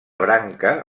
branca